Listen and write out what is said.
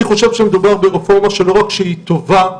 אני חושב שמדובר ברפורמה שלא רק שהיא טובה,